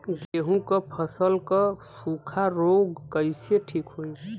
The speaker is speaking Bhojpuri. गेहूँक फसल क सूखा ऱोग कईसे ठीक होई?